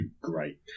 great